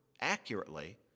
accurately